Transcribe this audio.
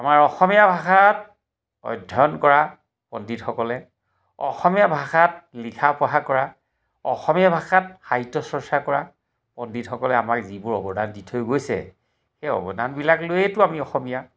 আমাৰ অসমীয়া ভাষাত অধ্যয়ন কৰা পণ্ডিতসকলে অসমীয়া ভাষাত লিখা পঢ়া কৰা অসমীয়া ভাষাত সাহিত্য চৰ্চা কৰা পণ্ডিতসকলে আমাক যিবোৰ অৱদান দি থৈ গৈছে সেই অৱদানবিলাক লৈয়েতো আমি অসমীয়া